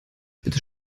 bitte